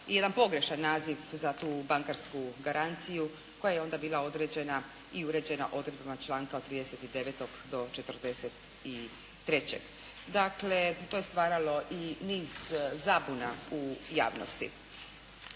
i jedan pogrešan naziv za tu bankarsku garanciju koja je onda bila određena i uređena odredbama članka od 39 do 43. Dakle, to je stvaralo i niz zabuna u javnosti.